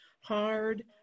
hard